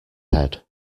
head